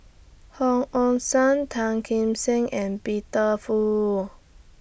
Hong Ong Siang Tan Kim Seng and Peter Fu